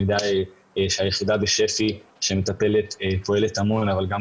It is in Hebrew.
אני יודע שהיחידה בשפ"י שמטפלת פועלת המון ואני